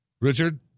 Richard